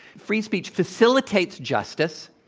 free speech facilitates justice.